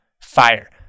Fire